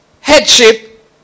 headship